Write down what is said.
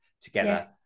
together